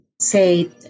say